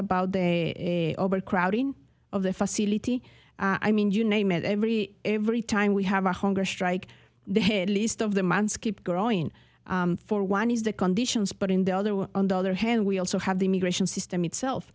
about the overcrowding of the facility i mean you name it every every time we have a hunger strike the head least of the months keep growing for one is the conditions but in the other one on the other hand we also have the immigration system itself